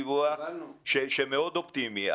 קיבלנו דיווח מאוד אופטימי.